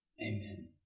Amen